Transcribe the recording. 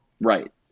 Right